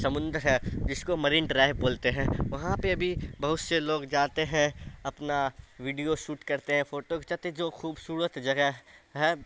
سمندر ہے جس کو مرین ڈرائیبھ بولتے ہیں وہاں پہ بھی بہت سے لوگ جاتے ہیں اپنا ویڈیو شوٹ کرتے ہیں فوٹو کھنچاتے ہیں جو خوبصورت جگہ ہے